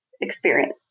experience